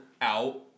out